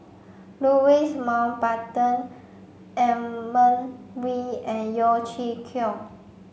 Louis Mountbatten Edmund Wee and Yeo Chee Kiong